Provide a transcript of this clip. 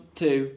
two